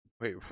Wait